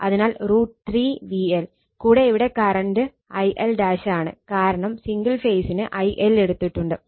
അതിനാൽ √ 3VL കൂടെ ഇവിടെ കറണ്ട് IL ആണ് കാരണം സിംഗിൾ ഫേസിന് IL എടുത്തിട്ടുണ്ട്